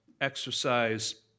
exercise